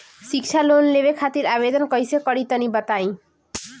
शिक्षा लोन लेवे खातिर आवेदन कइसे करि तनि बताई?